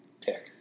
pick